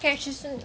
ya she